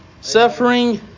Suffering